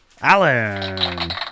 Alan